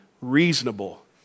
reasonable